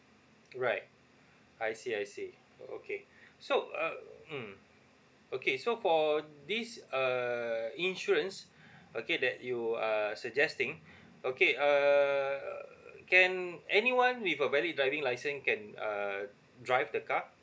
right I see I see okay so um mm okay so for this uh insurance okay that you are suggesting okay err can anyone with a valid driving license can uh drive the car